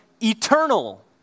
eternal